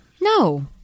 No